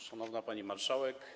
Szanowna Pani Marszałek!